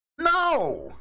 No